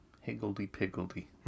Higgledy-piggledy